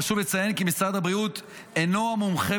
חשוב לציין כי משרד הבריאות אינו מומחה